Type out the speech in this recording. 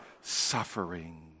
suffering